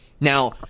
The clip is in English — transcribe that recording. Now